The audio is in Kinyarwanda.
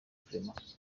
clement